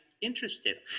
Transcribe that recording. interested